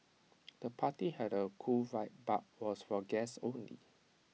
the party had A cool vibe but was for guests only